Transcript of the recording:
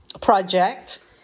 project